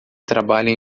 trabalham